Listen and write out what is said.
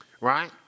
right